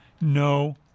no